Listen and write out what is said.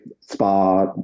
spa